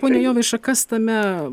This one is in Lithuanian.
pone jovaiša kas tame